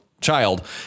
child